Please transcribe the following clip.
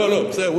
לא, לא, בסדר.